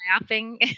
laughing